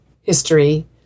history